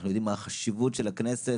זה הבית שלהם,